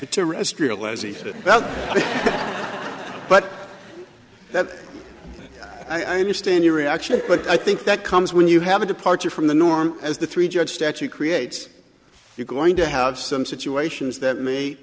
that's ok but that's i understand your reaction but i think that comes when you have a departure from the norm as the three judge statute creates you're going to have some situations that may